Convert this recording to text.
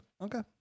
Okay